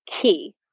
key